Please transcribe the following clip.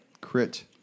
Crit